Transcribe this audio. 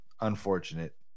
Unfortunate